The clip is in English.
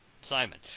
Simon